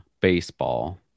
baseball